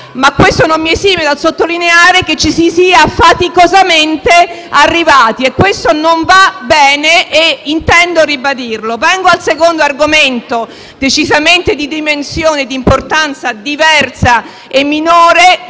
ma ciò non mi esime dal sottolineare che ci si sia arrivati faticosamente. Questo non va bene e intendo ribadirlo. Vengo al secondo argomento, che è decisamente di dimensione e di importanza diversa e minore,